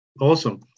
awesome